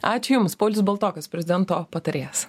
ačiū jums paulius baltokas prezidento patarėjas